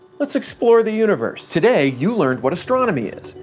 let's explore the universe. today you learned what astronomy is,